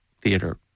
theater